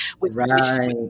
Right